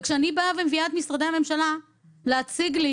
וכשאני מביאה את משרדי הממשלה להציג לי